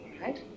right